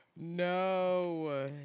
No